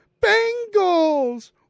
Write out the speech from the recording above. Bengals